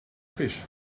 fish